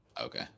Okay